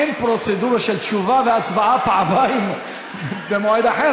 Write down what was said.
אין פרוצדורה של פעמיים תשובה והצבעה במועד אחר.